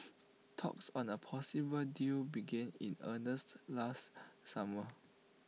talks on A possible deal began in earnest last summer